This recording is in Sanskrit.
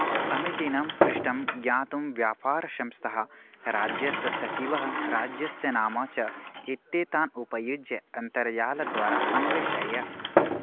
समीचीनं पृष्ठं ज्ञातुं व्यापारसंस्थाः राज्यस्य सचिवः राज्यस्य नाम च इत्येतान् उपयुज्य अन्तर्जालद्वारा अन्वेषय